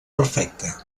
perfecte